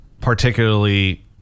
particularly